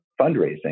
fundraising